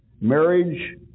marriage